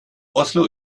oslo